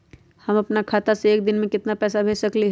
हम अपना खाता से एक दिन में केतना पैसा भेज सकेली?